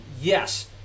Yes